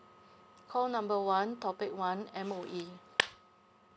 call number one topic one M_O_E